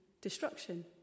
Destruction